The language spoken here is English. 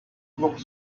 looked